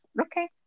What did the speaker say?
Okay